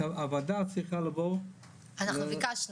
הוועדה צריכה לבוא -- אנחנו ביקשנו.